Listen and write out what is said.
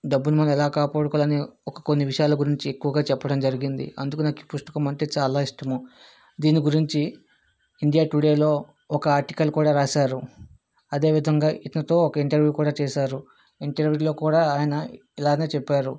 డబ్బును మనం ఎలా కాపాడుకోవాలి అనే ఒక కొన్ని విషయాల గురించి ఎక్కువగా చెప్పడం జరిగింది అందుకు నాకు ఈ పుస్తకం అంటే చాలా ఇష్టము దీని గురించి ఇండియా టుడేలో ఒక ఆర్టికల్ కూడా రాసారు అదే విధంగా ఇతనితో ఒక ఇంటర్వ్యూ కూడా చేసారు ఇంటర్వ్యూలో కూడా ఆయన ఇలాగే చెప్పారు